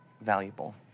valuable